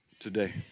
Today